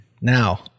Now